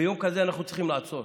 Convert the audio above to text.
ביום כזה אנחנו צריכים לעצור